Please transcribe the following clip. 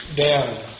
down